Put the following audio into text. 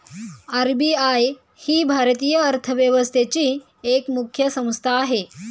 RBI ही भारतीय अर्थव्यवस्थेची एक मुख्य संस्था आहे